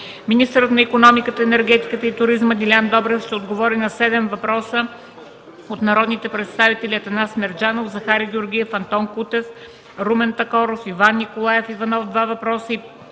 министърът икономиката, енергетиката и туризма Делян Добрев ще отговори на седем въпроса от народните представители Атанас Мерджанов, Захари Георгиев, Антон Кутев, Румен Такоров, Иван Николаев Иванов – два въпроса,